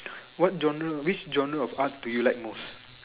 what genre which genre of art do you like most